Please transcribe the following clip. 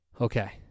Okay